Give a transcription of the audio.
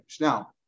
Now